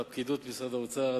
על הפקידות במשרד האוצר.